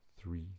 three